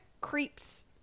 creeps